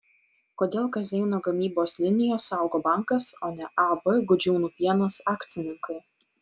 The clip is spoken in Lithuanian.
kodėl kazeino gamybos liniją saugo bankas o ne ab gudžiūnų pienas akcininkai